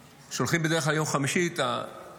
שולחים בדרך כלל ביום חמישי את מה